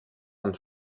man